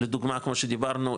לדוגמא כמו שדיברנו,